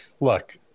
look